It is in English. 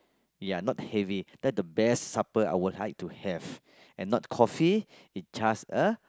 ya not heavy that the best supper I would like to have and not coffee is just a